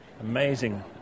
amazing